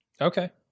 Okay